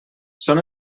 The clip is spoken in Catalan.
són